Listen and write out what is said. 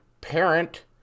parent